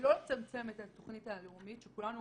לצמצם את התוכנית הלאומית שכולנו